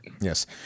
Yes